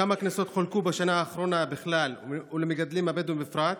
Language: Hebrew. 2. כמה קנסות חולקו בשנה האחרונה בכלל ולמגדלים הבדואים בפרט?